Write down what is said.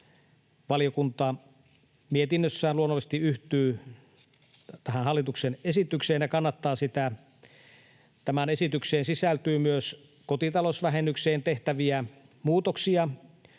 valiokunta mietinnössään luonnollisesti yhtyy tähän hallituksen esitykseen ja kannattaa sitä. Tähän esitykseen sisältyy myös kotitalousvähennykseen tehtäviä muutoksia,